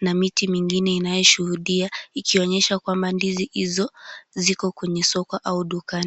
na miti inayoshuhudia ikionyesha kwamba ndizi hizo ziko kwenye soko au dukani